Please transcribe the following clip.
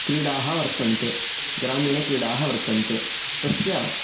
क्रीडाः वर्तन्ते ग्रामीणक्रीडाः वर्तन्ते तस्य